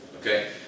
okay